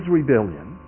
rebellion